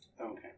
Okay